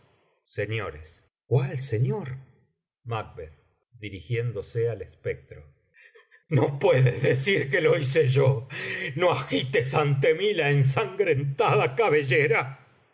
hecho cuál señor dirigiéndose al espectro no puedes decir que lo hice yo no agites ante mí la ensangrentada cabellera